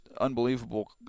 unbelievable